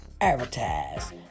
advertise